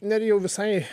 nerijau visai